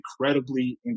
incredibly